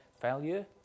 failure